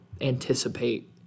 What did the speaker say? anticipate